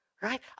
right